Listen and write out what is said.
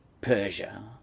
Persia